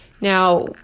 Now